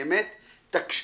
אני ממליץ לך באמת באמת שתמתין.